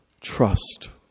trust